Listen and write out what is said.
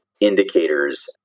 indicators